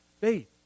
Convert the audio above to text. faith